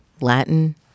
Latin